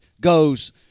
goes